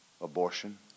abortion